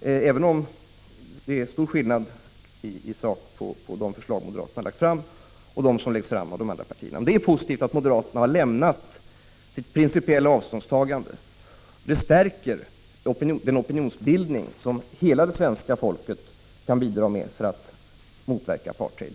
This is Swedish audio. även om det är stor skillnad i sak på de förslag moderaterna har lagt fram och de som har lagts fram av de andra partierna. Men det är positivt att moderaterna har lämnat sitt principiella avståndstagande. Det stärker den opinionsbildning som hela det svenska folket kan bidra med för att motverka apartheid.